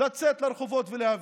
לצאת לרחובות ולהפגין,